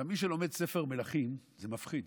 מי שלומד ספר מלכים, זה מפחיד.